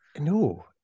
No